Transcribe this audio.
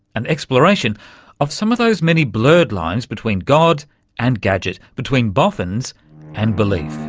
an exploration of some of those many blurred lines between god and gadget, between boffins and belief.